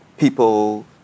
People